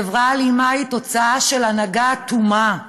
חברה אלימה היא תוצאה של הנהגה אטומה: